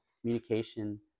communication